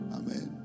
amen